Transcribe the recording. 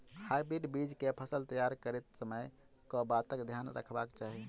Hybrid बीज केँ फसल तैयार करैत समय कऽ बातक ध्यान रखबाक चाहि?